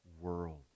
world